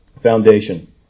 Foundation